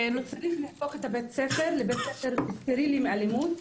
צריך להפוך את בית הספר לבית ספר סטרילי מאלימות,